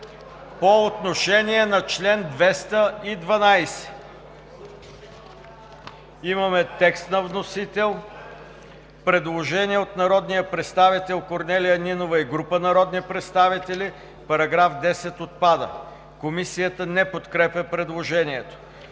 по отношение на чл. 212 – имаме текст на вносител. Предложение от народния представител Корнелия Нинова и група народни представители: „Параграф 10 отпада“. Комисията не подкрепя предложението.